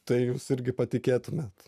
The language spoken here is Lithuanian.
tai jūs irgi patikėtumėt